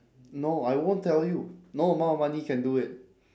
no I won't tell you no amount of money can do it